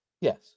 Yes